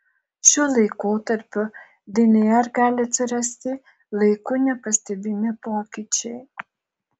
šiuo laikotarpiu dnr gali atsirasti laiku nepastebimi pokyčiai